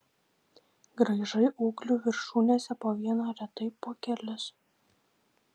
graižai ūglių viršūnėse po vieną retai po kelis